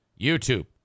YouTube